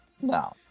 No